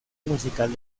musical